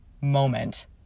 moment